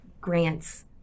grants